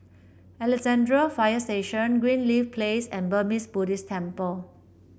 Alexandra Fire Station Greenleaf Place and Burmese Buddhist Temple